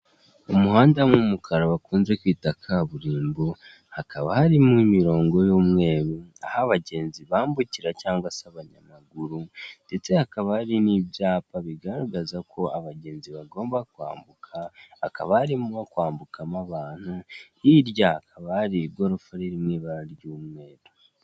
Umuhanda w'umukara bakunze kwita kaburimbo hakaba harimo imirongo y'umweru aho abagenzi bambukira cyangwa se abanyamaguru, ndetse hakaba hari n'ibyapa bigaragaza ko abagenzi bagomba kwambuka, akaba arimo kwambukamo abantu hirya hakaba hari igorofa riri mu ibara ry'umweru.